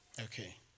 Okay